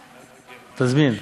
תזמין.